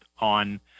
on